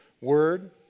word